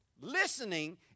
Listening